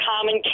common